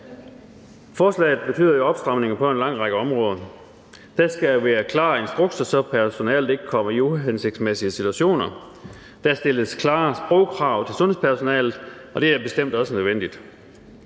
Forslaget betyder opstramning på en lang række områder. Der skal være klare instrukser, så personalet ikke kommer ud i uhensigtsmæssige situationer; der stilles klare sprogkrav til sundhedspersonalet, og det er bestemt også nødvendigt;